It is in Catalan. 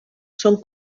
són